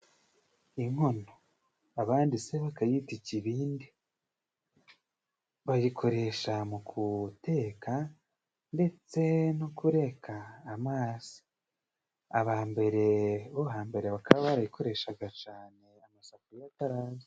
Inkono abandi se bakayita ikibindi，bayikoresha mu kuteka，ndetse no kureka amazi， aba mbere bo hambere bakaba barayikoreshaga cane， amasafuriya atarazwi.